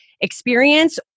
experience